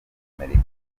amerika